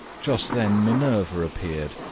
just then minerva appeared,